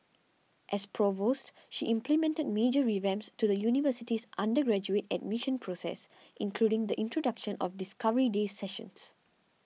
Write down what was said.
as provost she implemented major revamps to the university's undergraduate admission process including the introduction of Discovery Day sessions